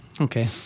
okay